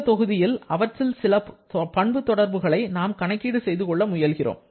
இந்த தொகுதியில் அவற்றில் சில பண்பு தொடர்புகளை நாம் கணக்கீடு செய்து கொள்ள முயல்கிறோம்